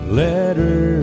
letter